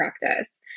practice